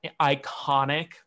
iconic